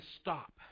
stop